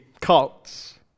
cults